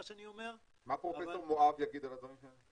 שאני אומר --- מה פרופ' מואב יגיד על הדברים שלך?